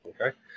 okay